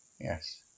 Yes